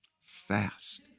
fast